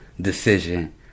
decision